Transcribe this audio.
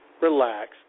Relax